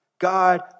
God